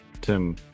Tim